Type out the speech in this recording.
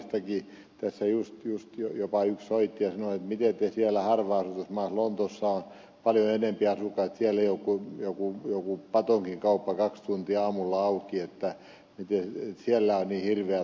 englannistakin tässä juuri jopa yksi soitti ja sanoi miten te siellä harvaanasutussa maassa lontoossa on paljon enemmän asukkaita siellä ei ole kuin joku patonkikauppa kaksi tuntia aamulla auki että miten siellä on niin hirveä tarve olla yhden päivän kanssa auki